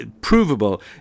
provable